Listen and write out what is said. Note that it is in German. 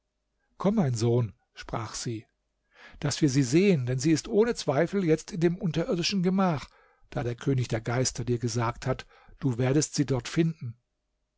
komm mein sohn sprach sie daß wir sie sehen denn sie ist ohne zweifel jetzt in dem unterirdischen gemach da der könig der geister dir gesagt hat du werdest sie dort finden